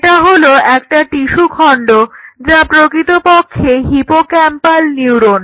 এটা হলো একটা টিস্যু খন্ড যা প্রকৃতপক্ষে হিপোক্যাম্পাল নিউরন